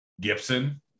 Gibson